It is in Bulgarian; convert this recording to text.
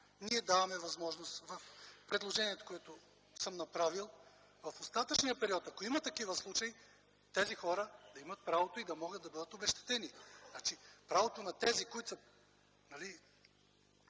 Ние даваме възможност в предложението, което съм направил, в остатъчния период, ако има такива случаи, тези хора да имат правото и да могат да бъдат обезщетени. Правото на тези, които имат